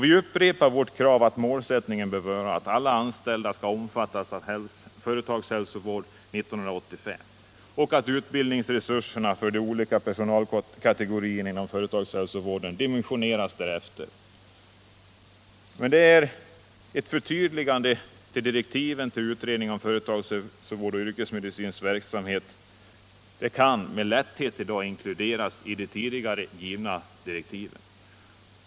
Vi upprepar vårt krav att målsättningen bör vara att alla anställda skall omfattas av företagshälsovård 1985 och att utbildningsresurserna 71 för de olika personalkategorierna inom företagshälsovården dimensioneras därefter. Med ett förtydligande till direktiven för utredningen om företagshälsovård och yrkesmedicinsk verksamhet kan detta i dag med lätthet inkluderas i de tidigare direktiven.